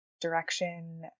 Direction